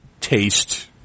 taste